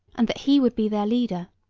and that he would be their leader.